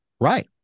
Right